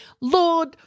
lord